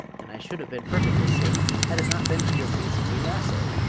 and i should have been perfectly safe had it not been for your beastly lasso.